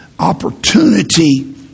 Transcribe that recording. opportunity